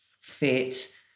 fit